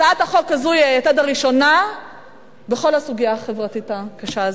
והצעת החוק הזאת היא היתד הראשונה בכל הסוגיה החברתית הקשה הזאת.